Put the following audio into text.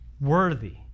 Worthy